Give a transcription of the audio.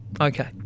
Okay